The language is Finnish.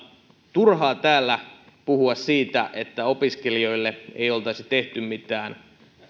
turhaa täällä puhua siitä että opiskelijoille ei oltaisi tehty mitään